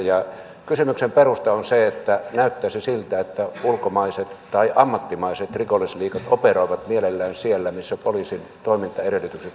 ja kysymyksen perusta on se että näyttäisi siltä että ulkomaiset tai ammattimaiset rikollisliigat operoivat mielellään siellä missä poliisin toimintaedellytykset ovat heikot